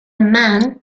man